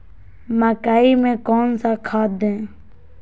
मकई में कौन सा खाद दे?